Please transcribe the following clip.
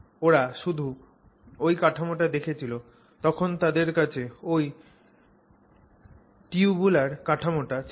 ওরা শুধু ওই কাঠামোটা দেখিয়েছিল তখন তাদের কাছে ওই টিউবুলার কাঠামোটা ছিল